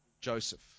Joseph